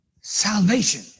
salvation